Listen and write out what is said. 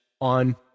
on